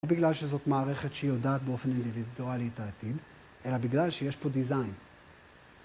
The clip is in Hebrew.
לא בגלל שזאת מערכת שהיא יודעת באופן אינדיבידואלי את העתיד, אלא בגלל שיש פה דיזיין.